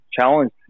challenge